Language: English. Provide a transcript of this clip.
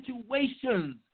situations